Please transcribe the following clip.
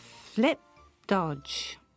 flip-dodge